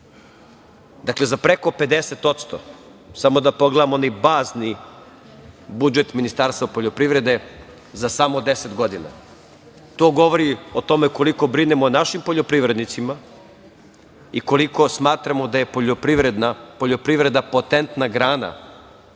Dakle, za preko 50%, samo da pogledamo onaj bazni budžet Ministarstva poljoprivrede za samo 10 godina. To govori o tome koliko brinemo o našim poljoprivrednicima i koliko smatramo da je poljoprivreda potentna grana